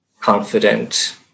confident